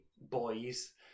boys